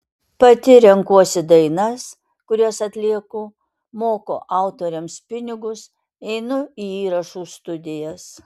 pati renkuosi dainas kurias atlieku moku autoriams pinigus einu į įrašų studijas